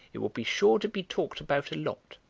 it will be sure to be talked about a lot.